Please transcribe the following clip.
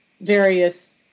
various